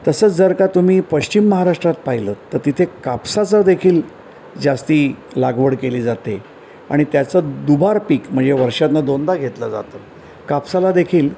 तसंच जर का तुम्ही पश्चिम महाराष्ट्रात पाहिलं तं तिथे कापसाचं देखील जास्त लागवड केली जाते आणि त्याचं दुबार पीक म्हणजे वर्षातून दोनदा घेतलं जातं कापसाला देखील